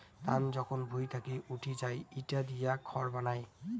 ধান যখন ভুঁই থাকি উঠি যাই ইটা দিয়ে খড় বানায়